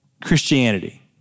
Christianity